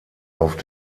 auf